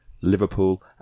Liverpool